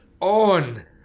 on